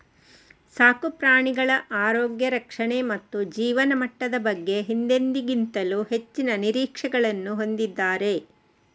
ಸಾಕು ಪ್ರಾಣಿಗಳ ಆರೋಗ್ಯ ರಕ್ಷಣೆ ಮತ್ತು ಜೀವನಮಟ್ಟದ ಬಗ್ಗೆ ಹಿಂದೆಂದಿಗಿಂತಲೂ ಹೆಚ್ಚಿನ ನಿರೀಕ್ಷೆಗಳನ್ನು ಹೊಂದಿದ್ದಾರೆ